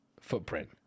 footprint